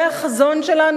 זה החזון שלנו?